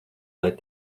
lai